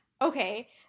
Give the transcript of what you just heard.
okay